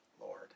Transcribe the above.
Lord